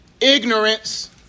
ignorance